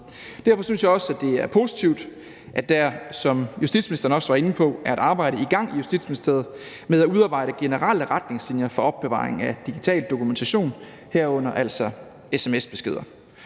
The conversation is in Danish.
Derfor synes jeg også, det er positivt, at der, som justitsministeren også var inde på, er et arbejde i gang i Justitsministeriet med at udarbejde generelle retningslinjer for opbevaring af digital dokumentation, herunder altså sms-beskeder.